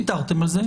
ויתרתם על זה.